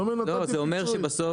אתה אומר: נתתי פיצוי,